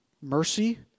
mercy